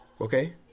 okay